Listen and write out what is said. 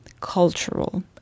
cultural